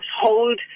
hold